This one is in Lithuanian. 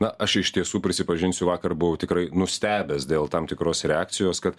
na aš iš tiesų prisipažinsiu vakar buvau tikrai nustebęs dėl tam tikros reakcijos kad